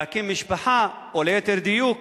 להקים משפחה, או ליתר דיוק